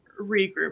regroup